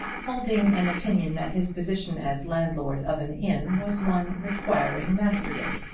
holding an opinion that his position as landlord of an inn was one requiring masterdom.